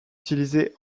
utilisée